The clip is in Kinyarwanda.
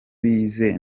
bize